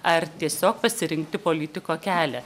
ar tiesiog pasirinkti politiko kelią